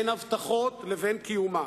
בין הבטחות לבין קיומן.